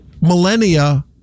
millennia